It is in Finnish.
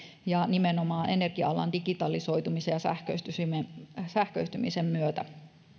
nimenomaan energia alan digitalisoitumisen ja sähköistymisen myötä